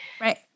Right